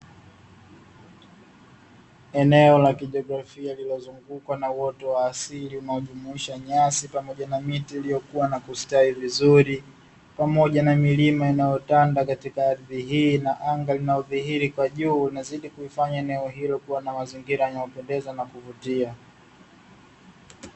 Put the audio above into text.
Eneo la kijiografia lililozungukwa na uoto wa asili unaojumuisha nyasi pamoja na miti iliyokua na kustawi vizuri, pamoja na milima inayotanda katika ardhi hii, na anga linalodhihiri kwa juu linazidi kulifanya eneo hilo kuwa na mazingira yanayopendeza na kuvutia.